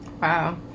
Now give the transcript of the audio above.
Wow